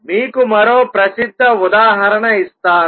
మీకు మరో ప్రసిద్ధ ఉదాహరణ ఇస్తాను